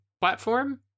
platform